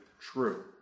true